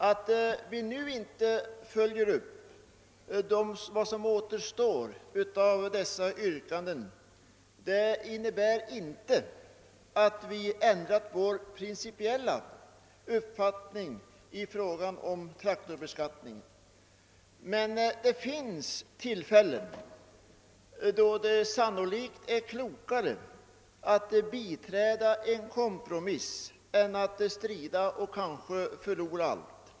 Att vi nu inte följer upp vad som återstår av dessa yrkanden betyder inte att vi har ändrat vår principiella uppfattning i fråga om traktorbeskattningen. Men det finns tillfällen då det sannolikt är klokare att biträda en kompromiss än att strida och kanske förlora.